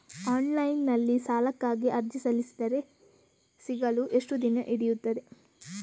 Online ನಲ್ಲಿ ಸಾಲಕ್ಕಾಗಿ ಅರ್ಜಿ ಸಲ್ಲಿಸಿದರೆ ಸಿಗಲು ಎಷ್ಟು ದಿನ ಹಿಡಿಯುತ್ತದೆ?